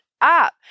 up